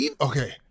okay